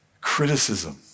criticism